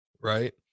right